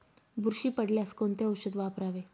बुरशी पडल्यास कोणते औषध वापरावे?